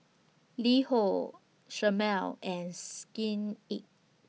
LiHo Chomel and Skin Inc